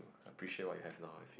appreciate what you have now I feel